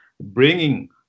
bringing